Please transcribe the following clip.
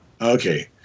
Okay